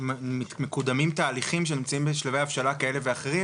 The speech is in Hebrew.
מקודמים תהליכים שנמצאים בשלבי הבשלה כאלה ואחרים,